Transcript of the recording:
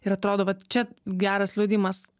ir atrodo vat čia geras liudijimas